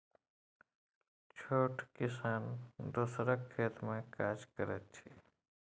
छोट किसान दोसरक खेत मे काज करैत छै